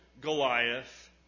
Goliath